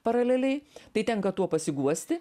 paraleliai tai tenka tuo pasiguosti